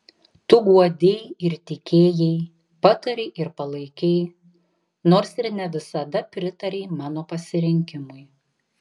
tu guodei ir tikėjai patarei ir palaikei nors ir ne visada pritarei mano pasirinkimui